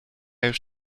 już